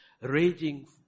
Raging